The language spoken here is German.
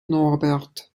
norbert